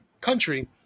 country